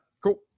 Cool